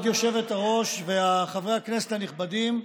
היושבת-ראש, חברי הכנסת הנכבדים,